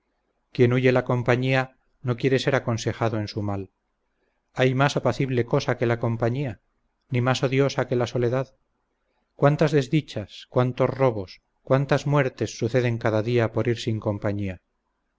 quien huye la compañía no quiere ser aconsejado en su mal hay más apacible cosa que la compañía ni más odiosa que la soledad cuántas desdichas cuántos robos cuántas muertes suceden cada día por ir sin compañía